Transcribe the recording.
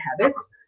habits